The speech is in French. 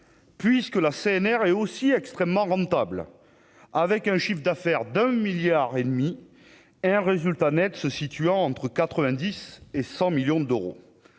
Puisque la CNR est aussi extrêmement rentable, avec un chiffre d'affaires d'un milliard et demi et un résultat Net se situant entre 90 et 100 millions d'euros,